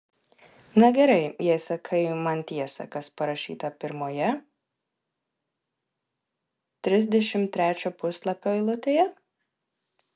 na gerai jei sakai man tiesą kas parašyta pirmoje trisdešimt trečio puslapio eilutėje